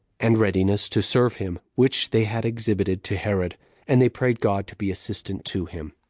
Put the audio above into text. and readiness to serve him, which they had exhibited to herod and they prayed god to be assistant to him.